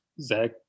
Zach